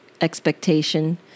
expectation